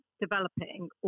developing